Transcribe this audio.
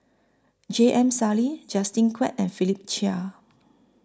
J M Sali Justin Quek and Philip Chia